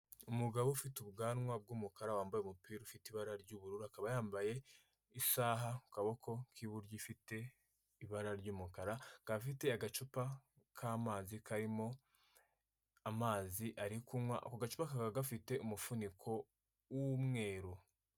Umugabo ufite ubwanwa bw'umukara wambaye umupira ufite ibara ry'ubururu akaba yambaye isaha ku kaboko k'iburyo ifite ibara ry'umukara, akaba afite agacupa k'amazi karimo amazi ari kunywa, ako gacupa kakaba gafite umufuniko w'umweru.